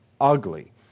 ugly